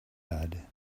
had